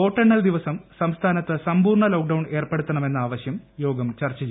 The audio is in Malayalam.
വോട്ടെണ്ണൽ ദിവസം സംസ്ഥാനത്ത് സമ്പൂർണ്ണ ലോക്ഡൌൺ ഏർപ്പെടുത്തണമെന്ന ആവശ്യം യോഗം ചർച്ചു